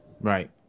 right